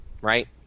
right